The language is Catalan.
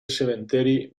cementiri